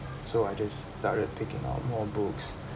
so I just started picking up more books